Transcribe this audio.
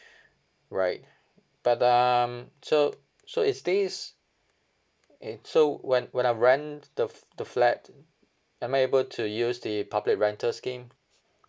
right but um so so is this eh so when when I rent the f~ the flat am I able to use the public rental scheme